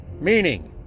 meaning